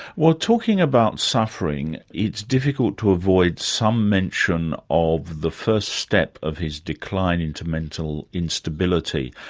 well talking about suffering, it's difficult to avoid some mention of the first step of his decline into mental instability.